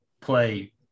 play